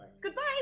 Goodbye